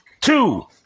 Two